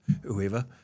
whoever